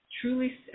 Truly